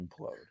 implode